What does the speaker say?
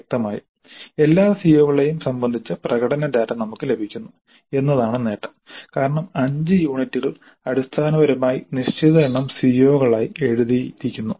വ്യക്തമായും എല്ലാ സിഒകളെയും സംബന്ധിച്ച പ്രകടന ഡാറ്റ നമുക്ക് ലഭിക്കുന്നു എന്നതാണ് നേട്ടം കാരണം 5 യൂണിറ്റുകൾ അടിസ്ഥാനപരമായി നിശ്ചിത എണ്ണം സിഒകളായി എഴുതിയിരിക്കുന്നു